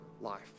life